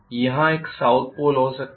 यहाँ एक south pole हो सकता है